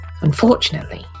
Unfortunately